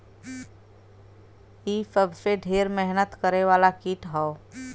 इ सबसे ढेर मेहनत करे वाला कीट हौ